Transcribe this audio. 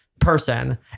Person